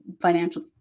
financial